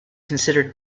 considered